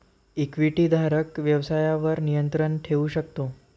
इक्विटीधारक व्यवसायावर नियंत्रण ठेवू शकतो